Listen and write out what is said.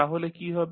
তাহলে কী হবে